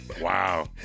wow